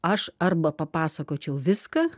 aš arba papasakočiau viską